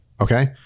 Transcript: Okay